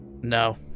No